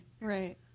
Right